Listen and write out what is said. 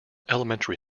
elementary